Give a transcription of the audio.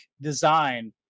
design